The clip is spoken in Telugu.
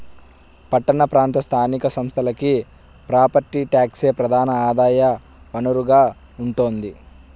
పట్టణ ప్రాంత స్థానిక సంస్థలకి ప్రాపర్టీ ట్యాక్సే ప్రధాన ఆదాయ వనరుగా ఉంటోంది